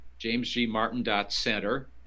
jamesgmartin.center